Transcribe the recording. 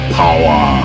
power